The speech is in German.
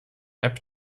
app